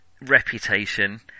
reputation